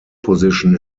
position